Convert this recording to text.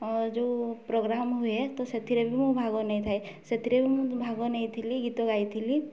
ଯେଉଁ ପ୍ରୋଗ୍ରାମ୍ ହୁଏ ତ ସେଥିରେ ବି ମୁଁ ଭାଗ ନେଇଥାଏ ସେଥିରେ ବି ମୁଁ ଭାଗ ନେଇଥିଲି ଗୀତ ଗାଇଥିଲି